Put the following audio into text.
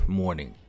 morning